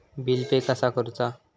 Bill pay कसा करुचा?